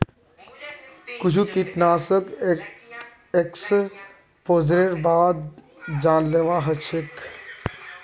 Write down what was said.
कुछु कृंतकनाशक एक एक्सपोजरेर बाद जानलेवा हय जा छ